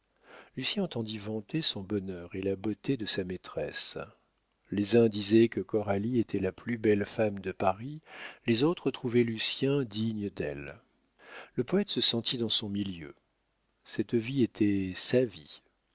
lucien entendit vanter son bonheur et la beauté de sa maîtresse les uns disaient que coralie était la plus belle femme de paris les autres trouvaient lucien digne d'elle le poète se sentit dans son milieu cette vie était sa vie